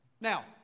Now